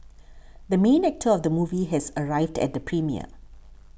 the main actor of the movie has arrived at the premiere